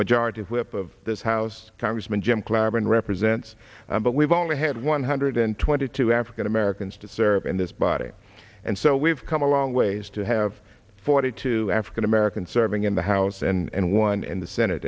majority whip of this house congressman jim clyburn represents but we've only had one hundred twenty two african americans to serve in this body and so we've come a long ways to have forty two african american serving in the house and one in the senate